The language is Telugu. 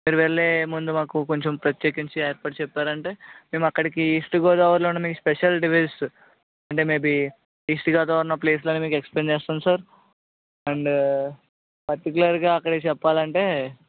మీరు వెళ్ళే ముందు మాకు కొంచెం ప్రత్యేకించి ఏర్పాటు చెప్పారు అంటే మేము అక్కడికి ఈస్ట్ గోదావరిలో ఉన్న మీ స్పెషల్ డివైస్ అంటే మేబి ఈస్ట్ దాకా ఉన్న ప్లేస్లను మీకు ఎక్స్ప్లెయిన్ చేస్తాము సార్ అండ్ పర్టిక్యులర్గా అక్కడ చెప్పాలి అంటే